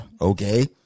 Okay